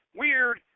weird